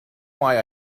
why